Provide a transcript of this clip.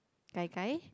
Gai Gai